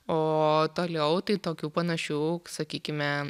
o toliau tai tokių panašių sakykime